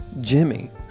jimmy